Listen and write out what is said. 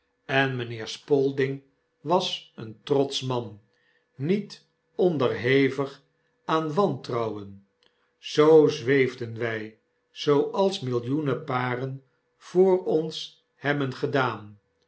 en mpheer spalding was een trotsch man niet onderhevig aan wantrouwen zoo zweefden wg zooals millioenen paren voor ons hebben gedaan